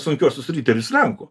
sunkiuosius riterius lenkų